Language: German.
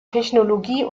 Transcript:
technologie